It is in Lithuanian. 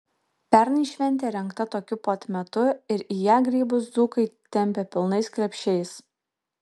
pernai šventė rengta tokiu pat metu ir į ją grybus dzūkai tempė pilnais krepšiais